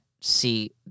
see